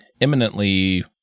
imminently